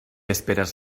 esperes